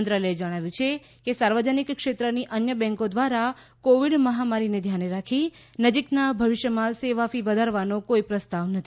મંત્રાલયે જણાવ્યું કે સાર્વજનિક ક્ષેત્રની અન્ય બેંકોએ જાણાકીર આપી કે કોવિડ મહામારીને ધ્યાને રાખી નજીકના ભવિષ્યમાં સેવા ફી વધારવાનો કોઇ પ્રસ્તાવ નથી